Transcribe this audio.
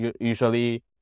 Usually